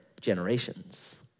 generations